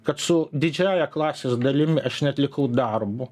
kad su didžiąja klasės dalim aš neatlikau darbo